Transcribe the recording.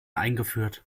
eingeführt